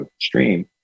stream